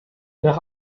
nach